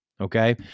okay